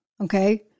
Okay